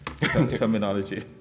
terminology